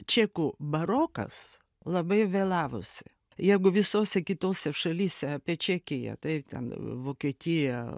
čekų barokas labai vėlavosi jeigu visose kitose šalyse apie čekiją tai ten vokietija